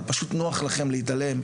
אבל פשוט נוח לכם להתעלם,